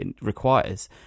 requires